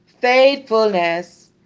Faithfulness